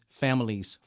families